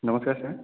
নমস্কাৰ ছাৰ